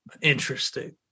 Interesting